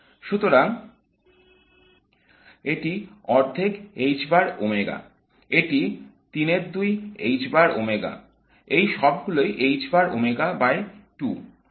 সুতরাং এটি অর্ধেক h বার ওমেগা এটি 3 এর 2 h বার ওমেগা এই সবগুলোই এর এককে থাকে